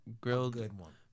grilled